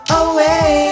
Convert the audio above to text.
away